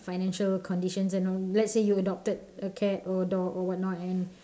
financial conditions and all let's say you adopted a cat or a dog or what not and